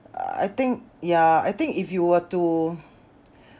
uh I think yeah I think if you were to